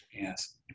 Yes